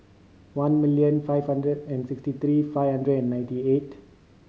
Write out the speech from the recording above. one million five hundred and sixty three five hundred and ninety eight